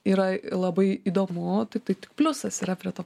yra labai įdomu tai tai tik pliusas yra prie to